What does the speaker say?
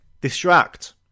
Distract